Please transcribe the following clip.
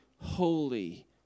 holy